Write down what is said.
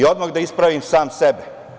Odmah da ispravim sam sebe.